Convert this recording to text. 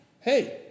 Hey